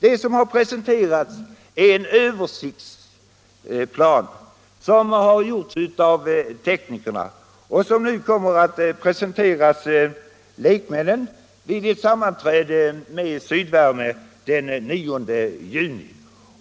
Det som har presenterats är en översiktsplan som gjorts av teknikerna och som nu kommer att föreläggas lekmännen vid ett sammanträde med Sydvärme den 9 juni.